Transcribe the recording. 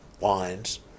lines